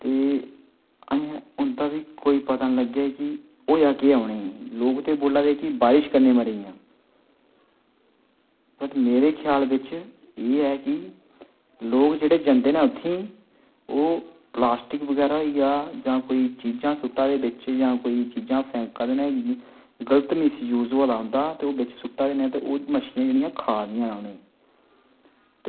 ते उं'दा बी कोई पता निं लग्गेआ कि होआ केह् उ'नें गी लोक ते आक्खा दे की बरखा कन्नै मरी गेइयां ते मेरे ख्याल बिच एह् ऐ कि लोग जेह्ड़े जंदे ना उत्थें ई ओह् कोई प्लास्टिक बगैरा होइया जां कोई चीज़ां बगैरा दे बिच कोई जां चीज़ां फैंका दे न गलत मिसयूज़ होआ दा उं'दा ते ओह् मिसयूज़ सुट्टा दे न ते ओह् मच्छलियां खा दियां उ'नें गी